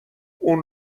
اون